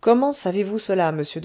comment savez-vous cela monsieur